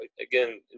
again